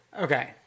okay